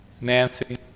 Nancy